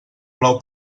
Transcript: plou